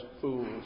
fools